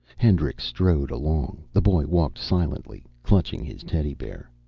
hendricks strode along. the boy walked silently, clutching his teddy bear.